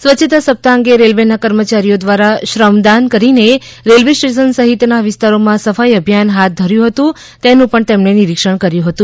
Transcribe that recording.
સ્વચ્છતા સપ્તાહ અંગે રેલવેના કર્મચારીઓ દ્વારા શ્રમદાન કરીને રેલ્વે સ્ટેશન સહિતના વિસ્તારોમાં સફાઈ અભિયાન હાથ ધર્યું હતું તેનું પણ નિરક્ષણ કર્યું હતું